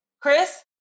Chris